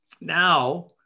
Now